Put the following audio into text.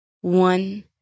one